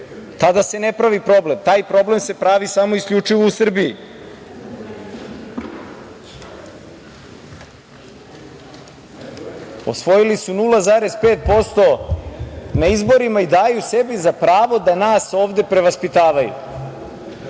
Tada se ne pravi problem. Taj problem se pravi samo i isključivo u Srbiji. Osvojili su 0,5% na izborima i daju sebi za pravo da nas ovde prevaspitavaju.